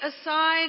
aside